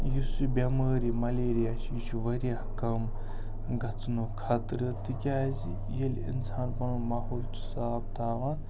یُس یہِ بٮ۪مٲرۍ یہِ مَلیرِیا چھِ یہِ چھِ واریاہ کَم گَژھنُک خَطرٕ تِکیٛازِ ییٚلہِ اِنسان پَنُن ماحول چھُ صاف تھاوان